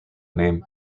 name